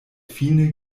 fine